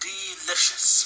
Delicious